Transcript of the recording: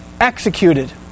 executed